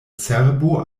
cerbo